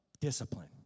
discipline